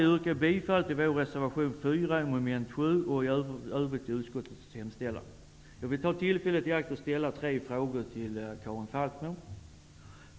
Jag yrkar bifall till vår reservation 4 Jag vill ta tillfället i akt och ställa tre frågor till Karin Falkmer.